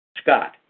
Scott